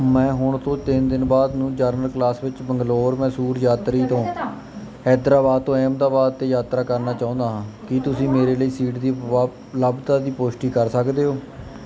ਮੈਂ ਹੁਣ ਤੋਂ ਤਿੰਨ ਦਿਨ ਬਾਅਦ ਨੂੰ ਜਨਰਲ ਕਲਾਸ ਵਿੱਚ ਬੰਗਲੌਰ ਮੈਸੂਰ ਯਾਤਰੀ ਤੋਂ ਹੈਦਰਾਬਾਦ ਤੋਂ ਅਹਿਮਦਾਬਾਦ 'ਤੇ ਯਾਤਰਾ ਕਰਨਾ ਚਾਹੁੰਦਾ ਹਾਂ ਕੀ ਤੁਸੀਂ ਮੇਰੇ ਲਈ ਸੀਟ ਦੀ ਉਪਲੱਬਧਤਾ ਦੀ ਪੁਸ਼ਟੀ ਕਰ ਸਕਦੇ ਹੋ